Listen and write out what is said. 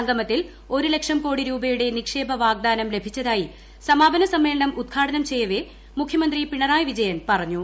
സംഗമത്തിൽ ഒരുലക്ഷം കോടി രൂപയുടെ നിക്ഷേപ വാഗ്ദാനം ലഭിച്ചതായി സമാപന സമ്മേളനം ഉദ്ഘാടനം ചെയ്യവേ മുഖ്യമന്ത്രി പിണറായി വിജയൻ പറഞ്ഞു